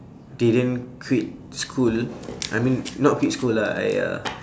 didn't quit school I mean not quit school lah !aiya!